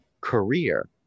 career